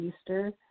Easter